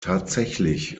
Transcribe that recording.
tatsächlich